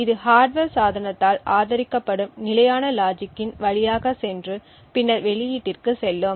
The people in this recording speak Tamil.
இது ஹார்ட்வர் சாதனத்தால் ஆதரிக்கப்படும் நிலையான லாஜிக்கின் வழியாகச் சென்று பின்னர் வெளியீட்டிற்கு செல்லும்